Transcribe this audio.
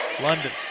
London